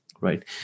right